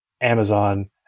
Amazon